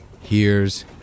hears